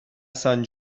sant